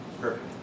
Perfect